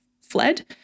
fled